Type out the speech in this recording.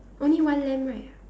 only one lamp right